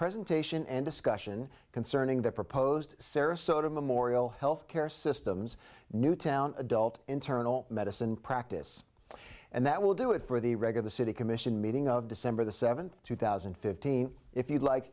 presentation and discussion concerning the proposed sarasota memorial health care systems newtown adult internal medicine practice and that will do it for the reg of the city commission meeting of december the seventh two thousand and fifteen if